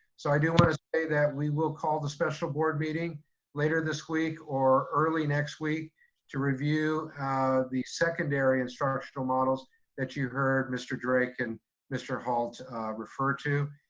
so i do want to say that we will call the special board meeting later this week or early next week to review the secondary instructional models that you heard mr. drake and mr. halt refer to.